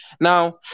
Now